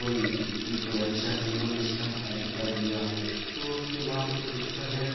کوئی کوئی اچھا ہیرو نے اس کا ایڈ کر دیا تو اس کے بعد پھر اس کا ریٹ